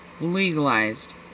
legalized